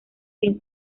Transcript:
sin